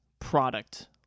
product